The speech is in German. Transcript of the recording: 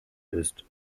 ist